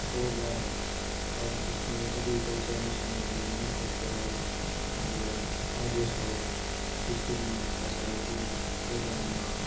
خوردہ اور جس میں ایگریکلچر مشنری مینوفیکچرر اور اور جو سو فشریز فیسیلیٹیز گوداماں